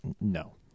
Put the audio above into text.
no